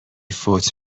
فوت